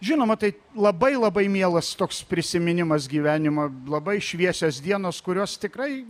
žinoma tai labai labai mielas toks prisiminimas gyvenimo labai šviesios dienos kurios tikrai